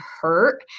hurt